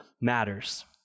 matters